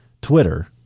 Twitter